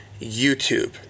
YouTube